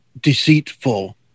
deceitful